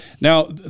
Now